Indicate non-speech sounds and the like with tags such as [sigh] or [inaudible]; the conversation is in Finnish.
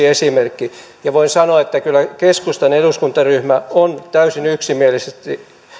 [unintelligible] esimerkki ja voin sanoa että kyllä keskustan eduskuntaryhmä on täysin yksimielisesti